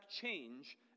change